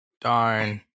Darn